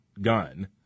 gun